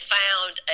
found